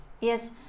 yes